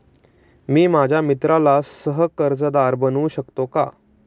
मी माझ्या मित्राला सह कर्जदार बनवू शकतो का?